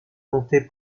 montés